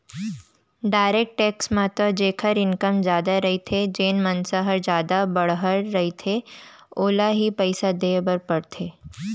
direct tax म तो जेखर इनकम जादा रहिथे जेन मनसे ह जादा बड़हर रहिथे ओला ही पइसा देय बर परथे